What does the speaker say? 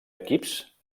equips